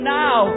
now